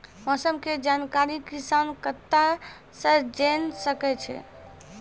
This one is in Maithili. मौसम के जानकारी किसान कता सं जेन सके छै?